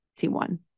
T1